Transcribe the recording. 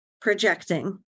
projecting